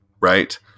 right